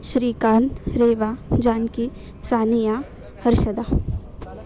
श्रीकान्तः Reva Janaki Sania Harshada